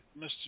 Mr